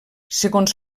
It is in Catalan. segons